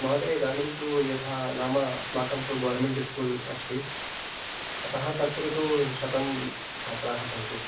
महोदयः इदानीं तु यथा नाम अस्माकं तु गोर्मेण्ट् इस्कूल् अस्ति अतः तत्र तु शतं छात्राः सन्ति